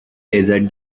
desert